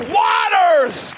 waters